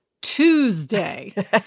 Tuesday